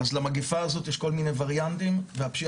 אז למגיפה הזאת יש כל מיני וריאנטים והפשיעה